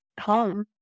home